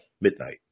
midnight